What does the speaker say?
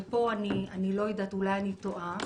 ופה אולי אני טועה